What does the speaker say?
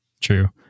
True